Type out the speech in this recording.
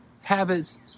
habits